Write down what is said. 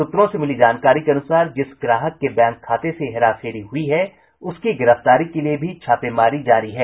सूत्रों से मिली जानकारी के अनुसार जिस ग्राहक के बैंक खाते से हेराफेरी हुयी है उसकी गिरफ्तारी के लिये भी छापेमारी जारी है